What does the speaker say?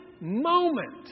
moment